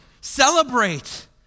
Celebrate